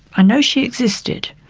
i know she existed.